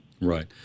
right